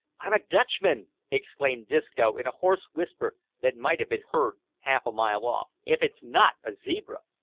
i'm a dutchman, exclaimed disco in a hoarse whisper that might have been heard half a mile off, if it's not a zebra!